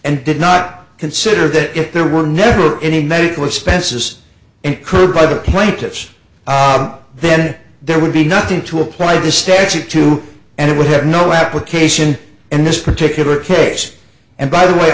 and did not consider that there were never any medical expenses incurred by the plaintiffs ob then there would be nothing to apply to states or to and it would have no application in this particular case and by the way